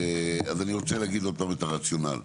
אז אני רוצה להגיד עוד פעם את הרציונל,